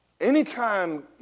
Anytime